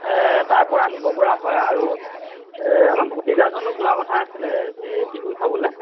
তাৰ পৰা নিব পৰা হয় আৰু আমাৰ ভতিজা এজনো যোৱাৰ কথা আছিলে এই বিহু চাবলৈ